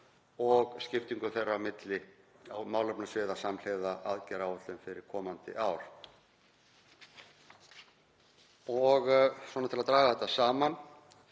og skiptingu þeirra milli málefnasviða samhliða aðgerðaáætlun fyrir komandi ár. Svona til að draga þetta saman